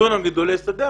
דונם גידולי שדה,